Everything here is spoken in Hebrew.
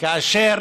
כאשר